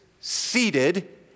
seated